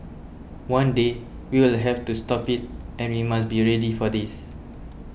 one day we will have to stop it and we must be ready for this